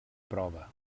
prova